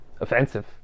offensive